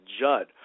Judd